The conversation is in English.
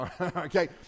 okay